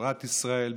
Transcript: בתורת ישראל,